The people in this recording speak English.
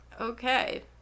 Okay